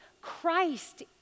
christ